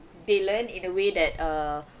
they learn in a way that err